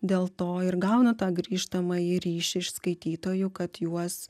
dėl to ir gauna tą grįžtamąjį ryšį iš skaitytojų kad juos